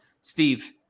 Steve